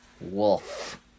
wolf